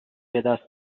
بدست